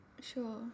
sure